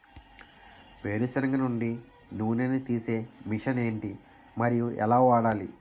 వేరు సెనగ నుండి నూనె నీ తీసే మెషిన్ ఏంటి? మరియు ఎలా వాడాలి?